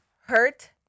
hurt